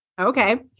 Okay